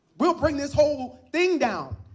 we'll bring this whole thing down.